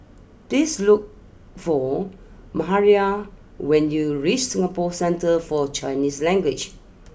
please look for Mahalia when you reach Singapore Centre for Chinese Language